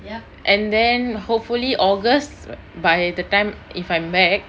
and then hopefully august by the time if I'm back